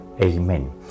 Amen